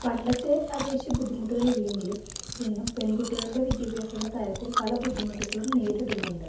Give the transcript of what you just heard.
പണ്ടത്തെ അപേക്ഷിച്ച് ബുദ്ധിമുട്ടുകളില്ലെങ്കിലും ഇന്നും പെൺകുട്ടികളുടെ വിദ്യാഭ്യാസത്തിൻ്റെ കാര്യത്തിൽ പല ബുദ്ധിമുട്ടുകളും നേരിടുന്നുണ്ട്